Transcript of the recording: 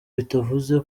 bitavuze